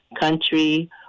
country